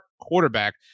quarterback